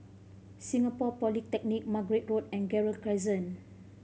Singapore Polytechnic Margate Road and Gerald Crescent